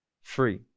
free